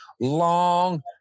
long –